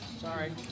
Sorry